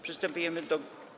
Przystępujemy do.